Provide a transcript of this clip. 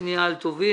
מי מציג את הצווים?